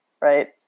right